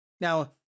Now